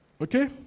Okay